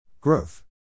Growth